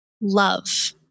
love